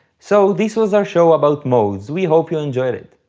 so this was our show about modes, we hope you enjoyed it.